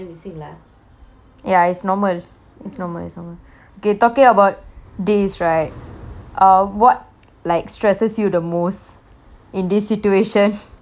ya it's normal it's normal it's normal okay talking about this right uh what like stresses you the most in this situation